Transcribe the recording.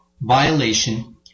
violation